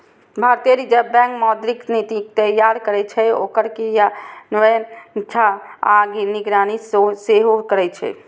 भारतीय reserve bank मौद्रिक नीति तैयार करै छै, ओकर क्रियान्वयन आ निगरानी सेहो करै छै